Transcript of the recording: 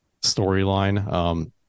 storyline